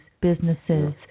businesses